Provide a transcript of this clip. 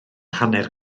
hanner